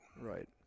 Right